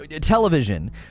television